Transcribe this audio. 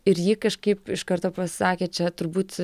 ir ji kažkaip iš karto pasakė čia turbūt